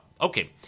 Okay